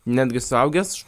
netgi suaugęs